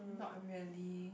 not really